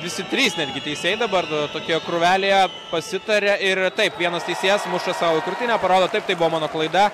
visi trys netgi teisėjai dabar tokia krūvelėje pasitaria ir taip vienas teisėjas muša sau į krūtinę parodo taip tai buvo mano klaida